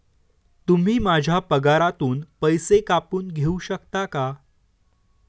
तुम्ही माझ्या पगारातून पैसे कापून घेऊ शकता का?